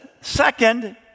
second